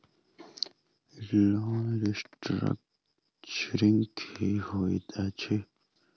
Loan restructuring की होइत अछि?